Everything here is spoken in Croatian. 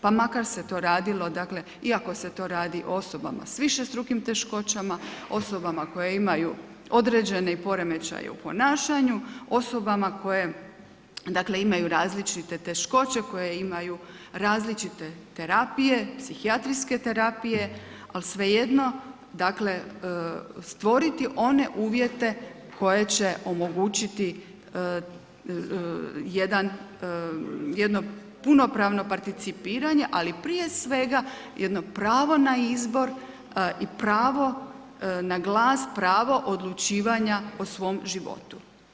Pa makar se to radilo dakle, iako se to radi osobama s višestrukim teškoćama, osobama koje imaju određene poremećaje u ponašanju, osobama koje imaju različite teškoće, osobama koje imaju različite terapije, psihijatrijske terapije, a svejedno stvoriti one uvjete koje će omogućiti jedno punopravno participiranje, ali prije svega jedno pravo na izbor i pravo na glas, pravo odlučivanja o svom životu.